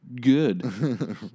good